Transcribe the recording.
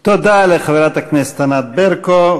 תודה לחברת הכנסת ענת ברקו.